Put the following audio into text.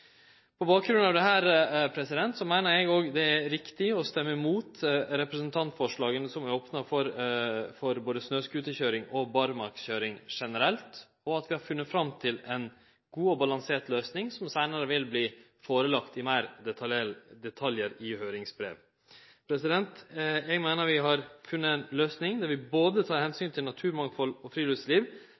På bakgrunn av dette meiner eg òg det er riktig å stemme imot representantforslaga som opnar for både snøscooterkøyring og barmarkskøyring generelt, og at vi har funne fram til ei god og balansert løysing som seinare vil verte lagt fram meir detaljert i høyringsbrevet. Eg meiner vi har funne ei løysing der vi tek både omsyn til naturmangfald og friluftsliv,